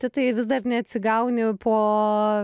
titai vis dar neatsigauni po